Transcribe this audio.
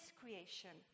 creation